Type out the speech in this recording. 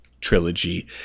trilogy